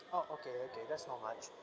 oh okay okay that's not much